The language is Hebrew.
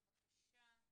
בבקשה.